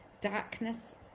darkness